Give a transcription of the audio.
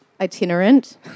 itinerant